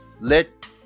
let